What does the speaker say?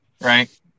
right